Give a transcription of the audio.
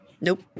nope